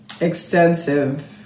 extensive